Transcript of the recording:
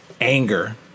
anger